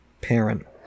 parent